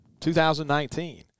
2019